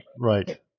Right